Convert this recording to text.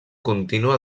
contínua